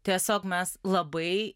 tiesiog mes labai